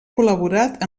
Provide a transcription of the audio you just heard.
col·laborat